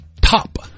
top